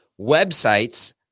websites